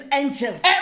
angels